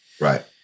Right